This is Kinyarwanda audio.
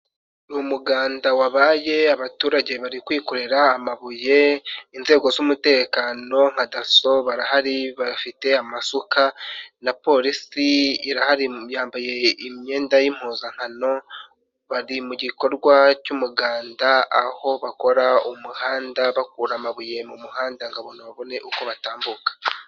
Ni umuganda wabaye abaturage bari kwikorera amabuye inzego z'umutekano nka dasso barahari bafite amasuka na polisi irahari yambaye imyenda y'impuzankano bari mu gikorwa cy'umuganda aho bakora umuhanda bakura amabuye mu muhanda ngo abantu babone uko batambuka.